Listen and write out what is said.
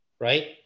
right